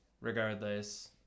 regardless